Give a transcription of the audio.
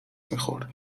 میخورد